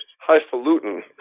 highfalutin